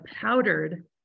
powdered